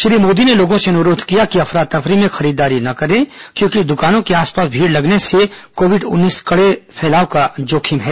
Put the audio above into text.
श्री मोदी ने लोगों से अनुरोध किया कि अफरा तफरी मे खरीदारी न करें क्योंकि दुकानों के आसपास भीड़ लगने से कोविड उन्नीस कड़े फैलाव का जोखिम है